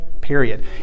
Period